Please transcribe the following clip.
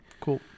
Cool